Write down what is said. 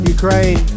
Ukraine